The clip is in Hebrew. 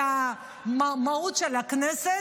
במהות הכנסת,